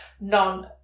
non